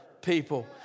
People